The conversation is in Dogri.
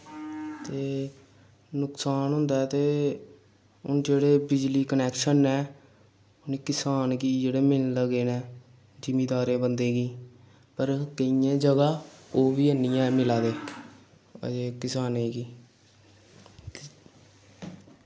ते नकसान होंदा ऐ ते जेह्ड़े बिजली कनेक्शन न एह् किसान गी मिलन लगे न जिमींदारै बंदे गी पर केइयें जगह ओह् बी हैनी ऐ मिला दे एह् किसानें गी